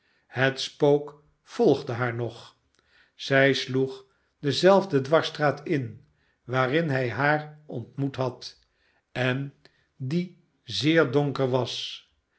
het spook volgde haar nog zij sloeg dezelfde dwarsstraat in waarin hij haar ontmoet had en die zeer donker was